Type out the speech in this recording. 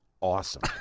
Awesome